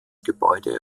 gebäude